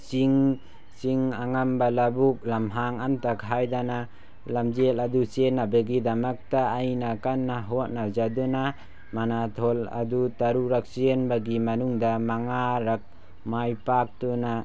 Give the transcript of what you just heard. ꯆꯤꯡ ꯆꯤꯡ ꯑꯉꯝꯕ ꯂꯧꯕꯨꯛ ꯂꯝꯍꯥꯡ ꯑꯃꯇ ꯈꯥꯏꯗꯅ ꯂꯝꯖꯦꯜ ꯑꯗꯨ ꯆꯦꯟꯅꯕꯒꯤꯗꯃꯛꯇ ꯑꯩꯅ ꯀꯟꯅ ꯍꯣꯠꯅꯖꯗꯨꯅ ꯃꯔꯥꯊꯣꯟ ꯑꯗꯨ ꯇꯔꯨꯔꯛ ꯆꯦꯟꯕꯒꯤ ꯃꯅꯨꯡꯗ ꯃꯉꯥꯔꯛ ꯃꯥꯏ ꯄꯥꯛꯇꯨꯅ